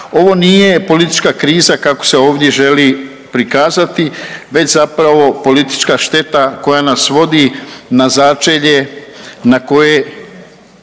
Ovo nije politička kriza kako se ovdje želi prikazati već zapravo politička šteta koja nas vodi na začelje na koje